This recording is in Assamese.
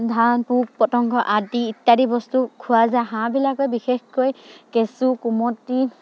ধান পোক পতংগ আদি ইত্যাদি বস্তু খোৱা যায় হাঁহবিলাকে বিশেষকৈ কেঁচু কুমটি